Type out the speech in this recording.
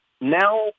now